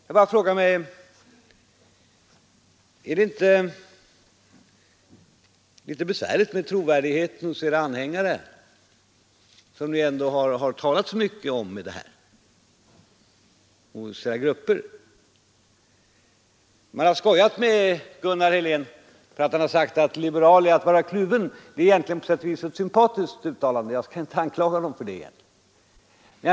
Jag frågar mig: Blir det inte litet besvärligt med trovärdigheten inför era grupper av anhängare, som ni ändå har talat så mycket för i dessa frågor? Man har skojat med Gunnar Helén för att han sagt: Att vara liberal är att vara kluven. Men det är egentligen ett sympatiskt uttalande. Jag skall inte kritisera honom för det.